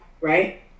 right